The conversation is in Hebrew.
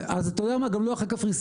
אז אתה יודע מה, גם לא אחרי קפריסין.